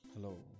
hello